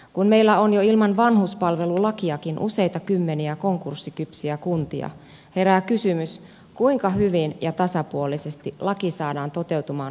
kun meillä on jo ilman vanhuspalvelulakiakin useita kymmeniä konkurssikypsiä kuntia herää kysymys kuinka hyvin ja tasapuolisesti laki saadaan toteutumaan koko maassa